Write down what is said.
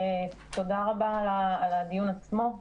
תודה רבה על הדיון עצמו.